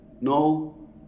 No